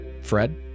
Fred